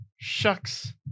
shucks